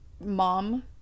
mom